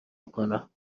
بکنم